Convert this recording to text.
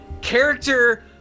character